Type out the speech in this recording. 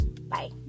bye